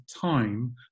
time